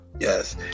Yes